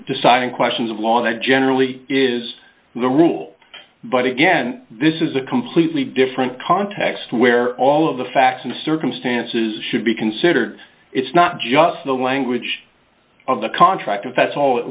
deciding questions of law not generally is the rule but again this is a completely different context where all of the facts and circumstances should be considered it's not just the language of the contract infests all it